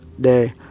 day